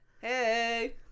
hey